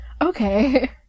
okay